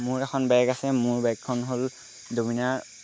মোৰ এখন বাইক আছে মোৰ বাইকখন হ'ল ডমিনাৰ